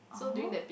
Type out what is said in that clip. uh